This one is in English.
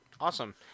Awesome